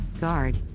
guard